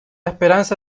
esperanza